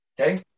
Okay